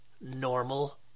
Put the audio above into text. normal